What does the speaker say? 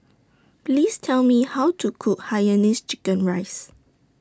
Please Tell Me How to Cook Hainanese Chicken Rice